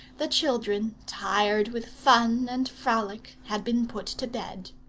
the children, tired with fun and frolic, had been put to bed.